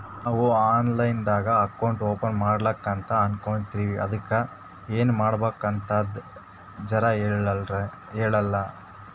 ನಾವು online ದಾಗ account open ಮಾಡ್ಲಕಂತ ಅನ್ಕೋಲತ್ತೀವ್ರಿ ಅದಕ್ಕ ಏನ ಮಾಡಬಕಾತದಂತ ಜರ ಹೇಳ್ರಲ?